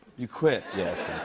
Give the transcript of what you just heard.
you quit? yes,